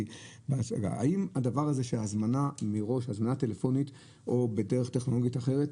האם הזמנה טלפונית מראש או בדרך טכנולוגית אחרת,